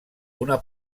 una